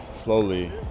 slowly